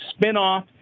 spinoff